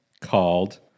called